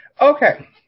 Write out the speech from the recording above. Okay